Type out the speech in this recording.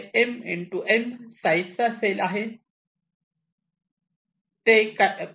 आपल्याकडे M N साईजचा cell set आहे